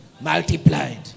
multiplied